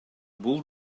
бул